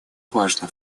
важно